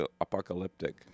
apocalyptic